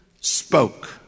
spoke